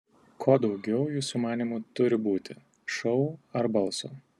ko daugiau jūsų manymu turi būti šou ar balso